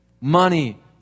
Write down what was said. money